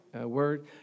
word